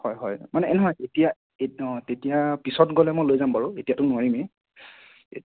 হয় হয় মানে এ নহয় এতিয়া এত অঁ তেতিয়া পিছত গ'লে মই লৈ যাম বাৰু এতিয়াটো নোৱাৰিমেই